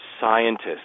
scientists